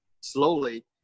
slowly